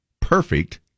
perfect